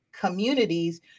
communities